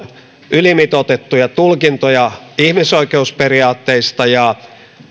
ylimitoitettuja tulkintoja ihmisoikeusperiaatteista ja